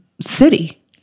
city